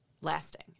lasting